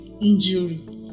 injury